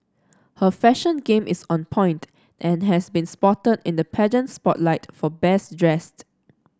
her fashion game is on point and has been spotted in the pageant spotlight for best dressed